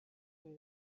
him